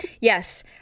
Yes